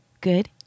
good